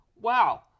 Wow